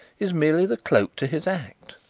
is merely the cloak to his act.